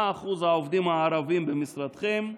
1. מה אחוז העובדים הערבים במשרדכם?